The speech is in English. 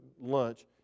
Lunch